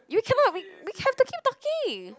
you cannot we we have to keep talking